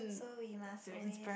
so we must always